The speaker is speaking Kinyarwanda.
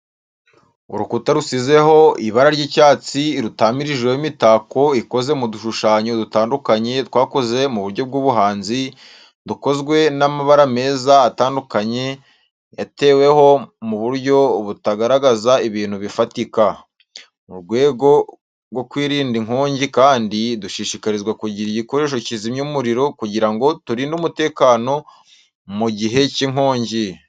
Urukuta rusizeho ibara ry’icyatsi rutamirijweho imitako ikoze mu dushushanyo dutandukanye twakozwe mu buryo bw’ubuhanzi, dukozwe n’amabara meza atandukanye yateweho mu buryo butagaragaza ibintu bifatika.. Mu rwego rwo kwirinda inkongi kandi, dushishikarizwa kugira igikoresho kizimya umuriro kugira ngo turinde umutekano mu gihe cy’inkongi.